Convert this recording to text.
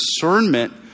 discernment